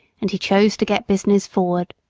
and he chose to get business forward.